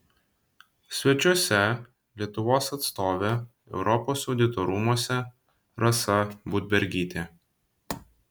svečiuose lietuvos atstovė europos audito rūmuose rasa budbergytė